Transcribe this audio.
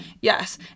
Yes